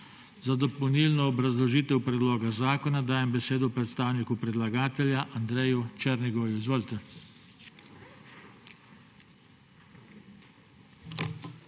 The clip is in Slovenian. Za dopolnilno obrazložitev predloga zakona dajem besedo predstavniku predlagatelja Andreji Černigoju. Izvolite.